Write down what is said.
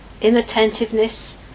inattentiveness